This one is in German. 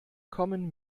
kommen